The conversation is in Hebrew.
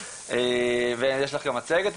ויש לה גם מצגת.